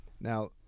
Now